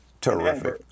Terrific